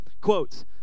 Quotes